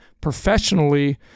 professionally